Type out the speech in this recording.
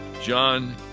John